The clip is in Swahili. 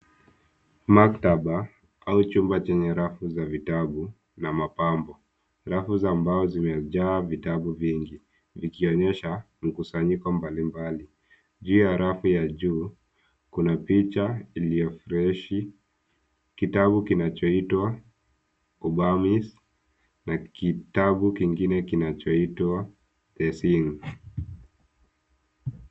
Maktaba au chumba chenye rafu za vitabu na mapambo. Rafu za mbao zimejaa vitabu vingi vikionyesha mkusanyiko mbalimbali. Juu ya rafu ya juu kuna picha iliyo freshi. Kitabukinachoitwa Ubamis na kitabu kingine kinachoitwa The Sing.